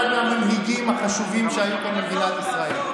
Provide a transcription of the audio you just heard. מהמנהיגים החשובים שהיו כאן במדינת ישראל.